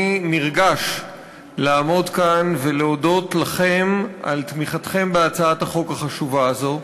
אני נרגש לעמוד כאן ולהודות לכם על תמיכתם בהצעת החוק החשובה הזאת.